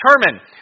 determine